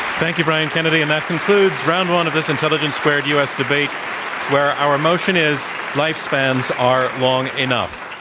thank you, brian kennedy, and that concludes round one of this intelligence squared u. s. debate where our motion is lifespans are long enough.